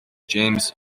james